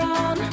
on